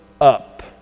up